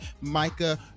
Micah